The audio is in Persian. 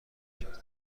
کرد